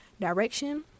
direction